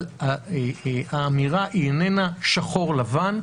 אבל האמירה אינה שחור לבן,